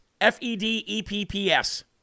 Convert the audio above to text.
F-E-D-E-P-P-S